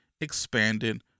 expanded